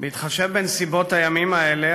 בהתחשב בנסיבות הימים האלה,